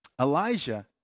Elijah